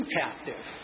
captive